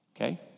okay